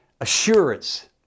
assurance